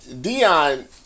Dion